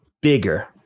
Bigger